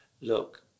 Look